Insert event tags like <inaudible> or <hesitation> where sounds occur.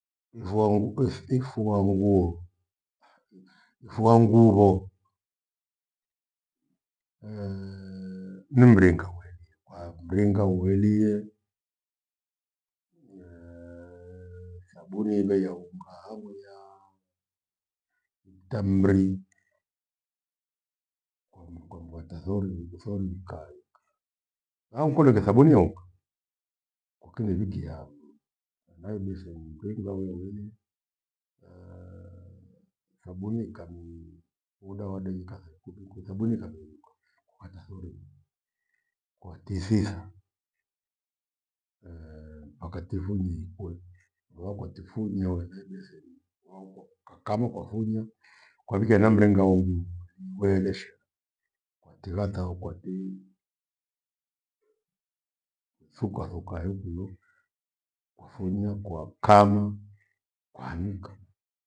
Vuangua- ethi- ifungua nguo, ifua ghuvo <hesitation> ni mringa uwedie kwa mringa uwedie <hesitation> thabuni ile ya unga hamwiaa, utamri kwamb- kwambwata thori ighu thori ikai. Akole kethabuni ya unga kukinde wikia mndu inaibeseni we mringa we ivonie <hesitation> thabuni ikami muda wa dakika theikumi ku- thabuni nikadowighwa kukata thori, kwatithitha <hesitation> mpaka tifuni lua kwatifuni aiwe na ibetheni waukwa, kakwama, kwafunya kwavikia na mringa wengi mbweheresha, tighata taukwa ti thukwa thukwa he kio kwafunya, kwa kama, kwaanika.